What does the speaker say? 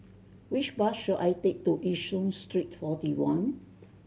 which bus should I take to Yishun Street Forty One